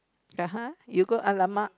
(uh huh) you go !alamak!